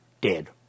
dead